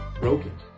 broken